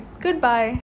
Goodbye